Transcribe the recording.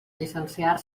llicenciar